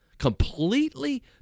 completely